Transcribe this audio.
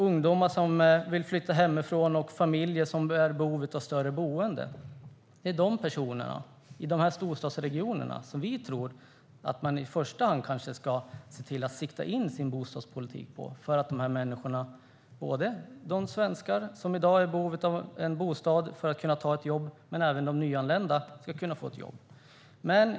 Ungdomar som vill flytta hemifrån och familjer som är i behov av större boende - det är de personerna, i storstadsregionerna, som vi tror att man kanske i första hand ska sikta in sin bostadspolitik på. Det handlar om att de människorna, inte bara svenskar som i dag är i behov av en bostad för att kunna ta ett jobb utan även nyanlända, ska kunna få ett jobb.